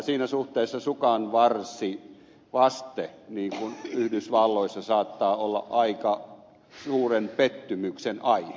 siinä suhteessa sukanvarsivaste niin kuin yhdysvalloissa saattaa olla aika suuren pettymyksen aihe